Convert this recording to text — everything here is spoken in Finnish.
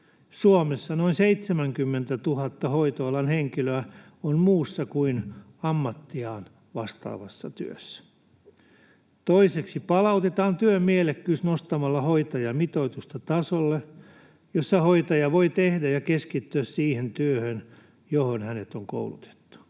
Suomessa noin 70 000 hoitoalan henkilöä on muussa kuin ammattiaan vastaavassa työssä. Toiseksi palautetaan työn mielekkyys nostamalla hoitajamitoitusta tasolle, jolla hoitaja voi keskittyä siihen työhön, johon hänet on koulutettu.